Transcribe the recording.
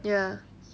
ya